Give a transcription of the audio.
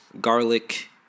garlic